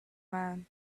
man